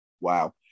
wow